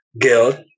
guilt